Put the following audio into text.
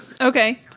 Okay